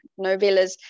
novellas